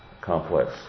complex